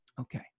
Okay